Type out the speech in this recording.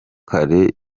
kare